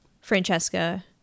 Francesca